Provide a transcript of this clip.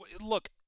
look